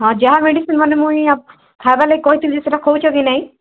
ହଁ ଯାହା ମେଡ଼ିସିନ୍ ମାନେ ମୁଇଁ ଖାଇବା ଲାଗି କହିଥିଲି ସେଇଟା ଖଉଛ କି ନାଇଁ